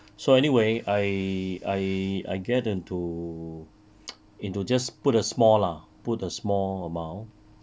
so anyway I I I get into into just put a small lah put a small amount